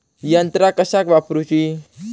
यंत्रा कशाक वापुरूची?